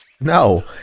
No